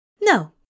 No